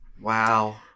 wow